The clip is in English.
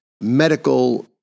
medical